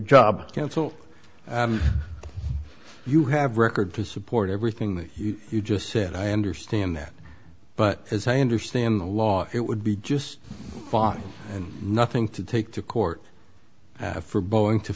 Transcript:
job council you have record to support everything that you just said i understand that but as i understand the law it would be just fine and nothing to take to court for boeing to